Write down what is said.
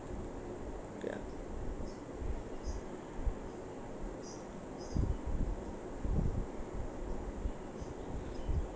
ya